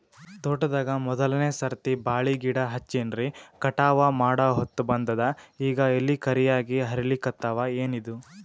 ತೋಟದಾಗ ಮೋದಲನೆ ಸರ್ತಿ ಬಾಳಿ ಗಿಡ ಹಚ್ಚಿನ್ರಿ, ಕಟಾವ ಮಾಡಹೊತ್ತ ಬಂದದ ಈಗ ಎಲಿ ಕರಿಯಾಗಿ ಹರಿಲಿಕತ್ತಾವ, ಏನಿದು?